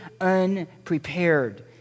unprepared